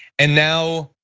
and now,